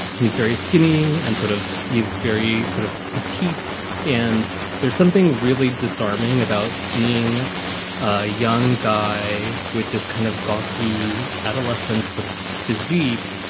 he's very skinny and sort of he's very sort of petite. and there's something really disarming about seeing a young guy with this kind of gawky adolescent sort of physique,